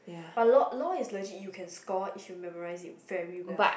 but law law is legit you can score if you memorise it very well